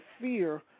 fear